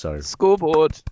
Scoreboard